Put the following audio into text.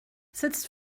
sitzt